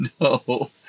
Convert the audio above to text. No